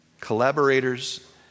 collaborators